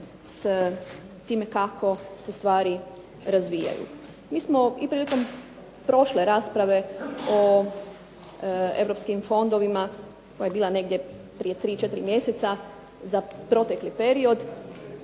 s time kako se stvari razvijaju. Mi smo i prilikom prošle rasprave o europskim fondovima koja je bila negdje prije 3, 4 mjeseca za protekli period,